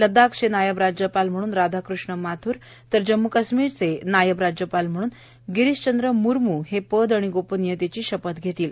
लद्दाखचे नायब राज्यपाल म्हणून राघाक्रिष्ण माधूर तर जम्मू काश्मीरचे नायब राज्यपाल म्हणून गिरीशचंद्र मूरमू हे पद आणि गोपनियतेची शपव घेतील